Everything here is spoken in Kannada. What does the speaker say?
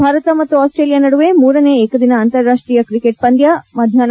ಇಂದು ಭಾರತ ಮತ್ತು ಆಸ್ಸೇಲಿಯಾ ನಡುವೆ ಮೂರನೇ ಏಕದಿನ ಅಂತಾರಾಷ್ಟೀಯ ಕ್ರಿಕೆಟ್ ಪಂದ್ಯ ಮಧ್ಯಾಹ್ನ